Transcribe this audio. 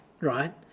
right